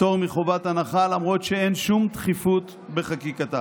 פטור מחובת הנחה, למרות שאין שום דחיפות בחקיקתה.